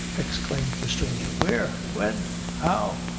exclaimed the stranger. where when how?